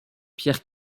pierre